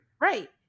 right